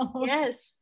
yes